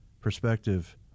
perspective